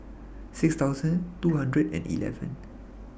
six two hundred and eleven